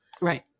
Right